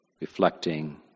reflecting